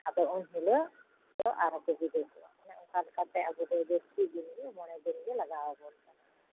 ᱟᱫᱚ ᱩᱱ ᱦᱤᱞᱳᱜ ᱫᱚ ᱟᱨᱦᱚᱸ ᱠᱚ ᱵᱤᱫᱟᱹᱭ ᱠᱚᱣᱟ ᱚᱱᱮ ᱚᱱᱠᱟ ᱞᱮᱠᱟᱛᱮ ᱟᱵᱚ ᱫᱚ ᱡᱟᱹᱥᱛᱤ ᱫᱤᱱᱜᱮ ᱢᱚᱬᱮ ᱫᱤᱱᱜᱮ ᱞᱟᱜᱟᱣ ᱟᱵᱚᱱᱟ